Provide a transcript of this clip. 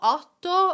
otto